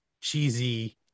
cheesy